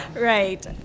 Right